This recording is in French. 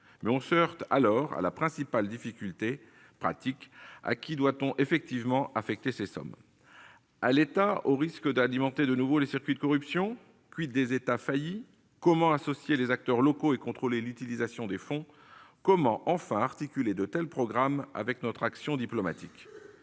On se heurte ici à la principale difficulté, d'ordre pratique : à qui doit-on effectivement affecter ces sommes ? À l'État, au risque d'alimenter de nouveau les circuits de corruption ? En outre, des États faillis ? Comment associer les acteurs locaux et contrôler l'utilisation des fonds ? Enfin, comment articuler de tels programmes avec notre action diplomatique ?